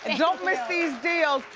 and don't miss these deals.